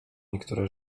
niektóre